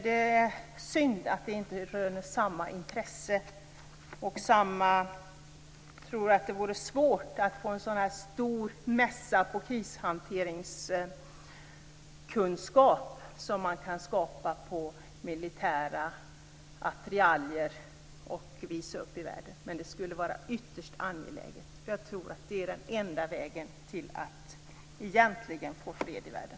Jag tror att det vore svårt att få en lika stor mässa för krishanteringskunskap som den man kan skapa för militära attiraljer och visa upp i världen. Men det skulle vara ytterst angeläget, för jag tror att det är den enda vägen till att få fred i världen.